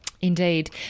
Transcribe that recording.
Indeed